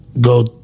go